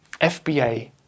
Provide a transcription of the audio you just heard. FBA